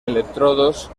electrodos